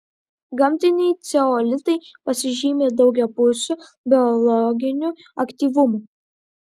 gamtiniai ceolitai pasižymi daugiapusiu biologiniu aktyvumu